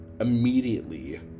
immediately